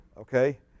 Okay